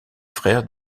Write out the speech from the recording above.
frères